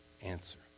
answer